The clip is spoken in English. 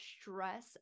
stress